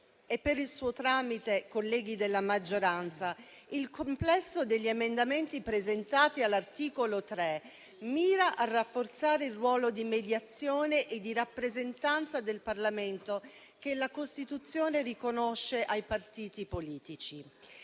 e, per il suo tramite, colleghi della maggioranza, il complesso degli emendamenti presentati all'articolo 3 mira a rafforzare il ruolo di mediazione e di rappresentanza del Parlamento che la Costituzione riconosce ai partiti politici.